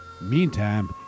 Meantime